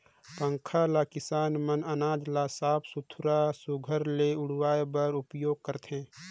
पंखा ल किसान मन अनाज ल साफ सुथरा सुग्घर ले उड़वाए बर उपियोग करथे